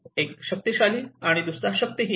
एक शक्तिशाली आणि दुसरा शक्ती हीन